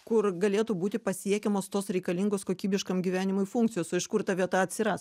kur galėtų būti pasiekiamos tos reikalingos kokybiškam gyvenimui funkcijos o iš kur ta vieta atsiras